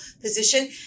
position